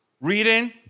reading